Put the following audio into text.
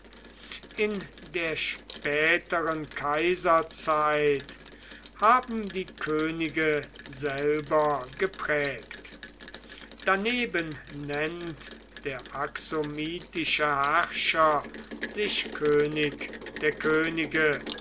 in der späteren kaiserzeit haben die könige selber geprägt daneben nennt der axomitische herrscher sich könig der könige